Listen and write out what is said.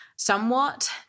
somewhat